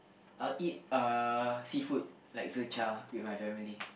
I'll eat uh seafood like Zi-Char with my family